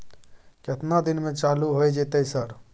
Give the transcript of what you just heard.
केतना दिन में चालू होय जेतै सर?